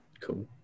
Cool